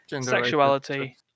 sexuality